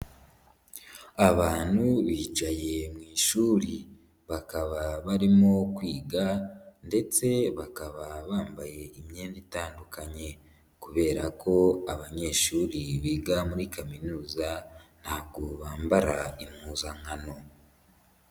Abantu bicaye mu ishuri bakaba barimo kwiga, ndetse bakaba bambaye imyenda itandukanye, kubera ko abanyeshuri biga muri kaminuza, ntabwo bambara impuzankano.